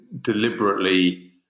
deliberately